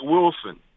Wilson